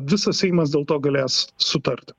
visas seimas dėl to galės sutart